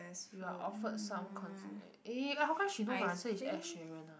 you are offered sound concert eh how come she know my answer is ed sheeran ah